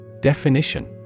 Definition